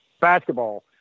basketball